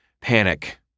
panic